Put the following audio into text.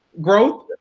growth